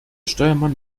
steuermann